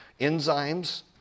enzymes